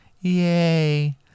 Yay